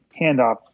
handoff